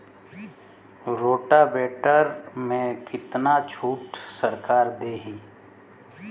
Rotavator में कितना छूट सरकार देही?